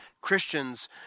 Christians